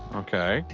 ok,